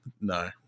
No